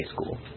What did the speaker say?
school